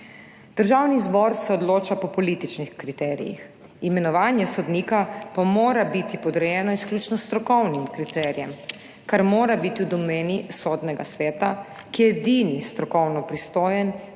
Državni zbor se odloča po političnih kriterijih, imenovanje sodnika pa mora biti podrejeno izključno strokovnim kriterijem, kar mora biti v domeni Sodnega sveta, ki je edini strokovno pristojen